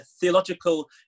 theological